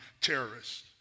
terrorists